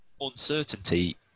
uncertainty